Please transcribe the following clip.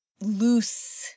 loose